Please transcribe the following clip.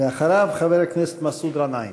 ואחריו, חבר הכנסת מסעוד גנאים.